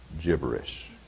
gibberish